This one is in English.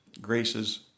graces